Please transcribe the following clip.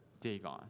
Dagon